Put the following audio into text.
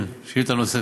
כן, שאילתה נוספת.